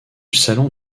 salon